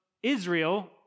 Israel